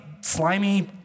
slimy